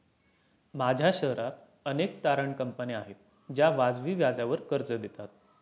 माझ्या शहरात अनेक तारण कंपन्या आहेत ज्या वाजवी व्याजावर कर्ज देतात